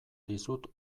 dizut